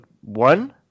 one